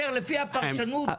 לפי הפרשנות.